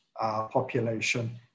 population